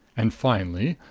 and finally,